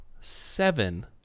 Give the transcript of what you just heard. seven